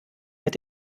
mit